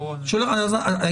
אני